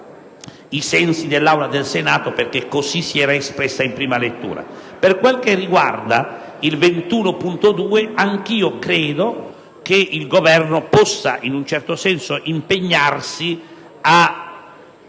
dell'Aula del Senato perché così si era espresso in prima lettura. Per quel che riguarda l'emendamento 21.2, anch'io credo che il Governo possa in un certo senso impegnarsi,